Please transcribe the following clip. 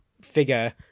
figure